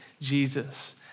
Jesus